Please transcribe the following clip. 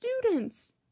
students